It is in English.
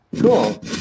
cool